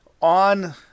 On